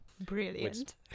Brilliant